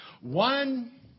one